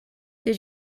did